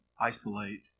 isolate